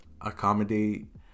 accommodate